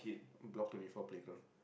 block twenty four playground